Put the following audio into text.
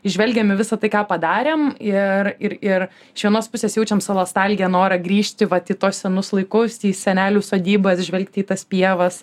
žvelgiam į visą tai ką padarėm ir ir ir iš vienos pusės jaučiam salostalgiją norą grįžti vat į tuos senus laikus į senelių sodybas žvelgti į tas pievas